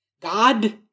God